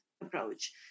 approach